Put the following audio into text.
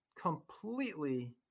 completely